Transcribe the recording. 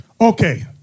Okay